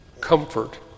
Comfort